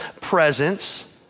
presence